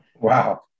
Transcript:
Wow